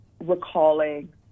recalling